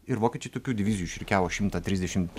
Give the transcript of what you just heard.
ir vokiečiai tokių divizijų išrikiavo šimtą trisdešimt